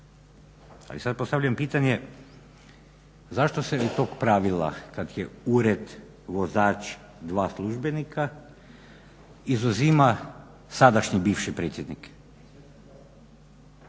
Ali sad postavljam pitanje zašto se tog pravila kad je ured, vozač, dva službenika izuzima sadašnji bivši predsjednik.